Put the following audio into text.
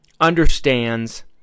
understands